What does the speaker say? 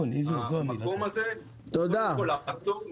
קודם כול לעצור,